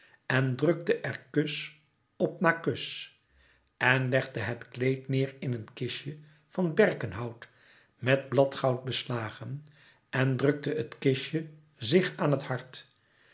en drukte er kus op na kus en legde het kleed neêr in een kistje van berkenhout met bladgoud beslagen en drukte het kistje zich aan het hart